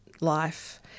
life